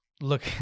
look